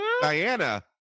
Diana